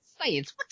science